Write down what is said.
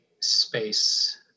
space